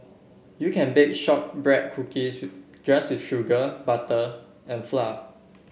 you can bake shortbread cookies just with sugar butter and flour